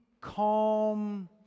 calm